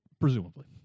Presumably